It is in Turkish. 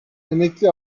emekli